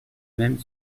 même